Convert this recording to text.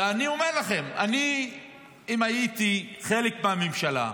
ואני אומר לכם, אם אני הייתי חלק מהממשלה,